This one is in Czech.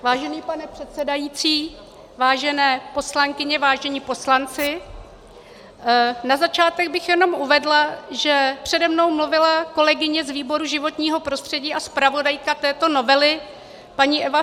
Vážený pane předsedající, vážené poslankyně, vážení poslanci, na začátek bych jenom uvedla, že přede mnou mluvila kolegyně z výboru životního prostředí a zpravodajka této novely paní Eva Fialová.